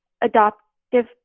adoptive